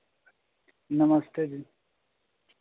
नमस्ते जी